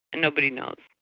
and nobody knows.